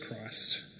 Christ